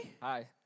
Hi